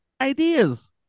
ideas